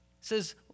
says